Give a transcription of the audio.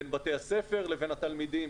בין בתי הספר לבין התלמידים.